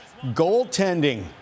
goaltending